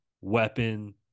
weapon